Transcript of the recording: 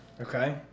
Okay